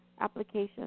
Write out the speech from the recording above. Application